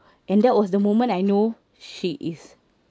and that was the moment I know she is